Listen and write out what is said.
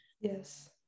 Yes